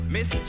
Miss